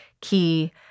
key